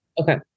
Okay